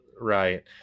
Right